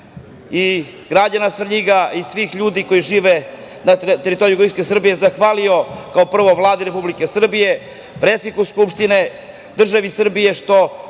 i građana Svrljiga i svih ljudi koji žive na teritoriji jugoistoka Srbije zahvalio kao prvo Vladi Republike Srbije, predsedniku Skupštine, državi Srbiji